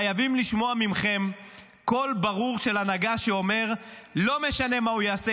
חייבים לשמוע מכם קול ברור של הנהגה שאומר: לא משנה מה הוא יעשה,